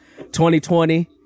2020